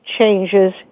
changes